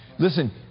Listen